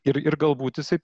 ir ir galbūt jisai